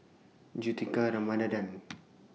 Juthika Ramanathan